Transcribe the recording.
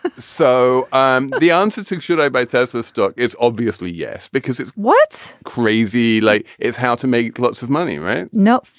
ah so um the answer is who should i buy tesla stock? it's obviously yes, because it's what's crazy like is how to make lots of money right now,